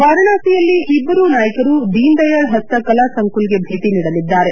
ವಾರಣಾಸಿಯಲ್ಲಿ ಇಬ್ಬರೂ ನಾಯಕರು ದೀನ್ ದಯಾಳ್ ಹಸ್ತ ಕಲಾ ಸಂಕುಲ್ಗೆ ಬೇಟ ನೀಡಲಿದ್ದಾರೆ